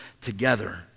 together